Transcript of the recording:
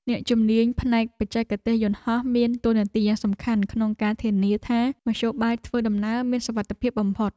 អ្នកជំនាញផ្នែកបច្ចេកទេសយន្តហោះមានតួនាទីយ៉ាងសំខាន់ក្នុងការធានាថា មធ្យោបាយធ្វើដំណើរមានសុវត្ថិភាពបំផុត។